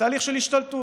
תהליך של השתלטות.